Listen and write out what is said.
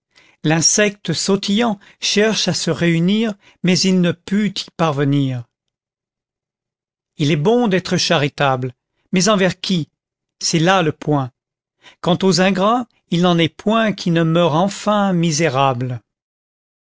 l'insecte sautillant cherche à se réunir mais il ne put y parvenir il est bon d'êtrcchkriuble mais envers qui c'est là le point quant aux ingrats il n'en est point qui ne meure enfin misérable